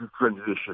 transition